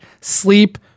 sleep